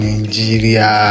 Nigeria